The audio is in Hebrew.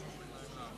נמנע השמנה.